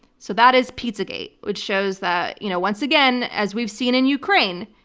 so, that is pizzagate which shows that you know once again, as we've seen in ukraine,